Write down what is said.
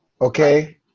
okay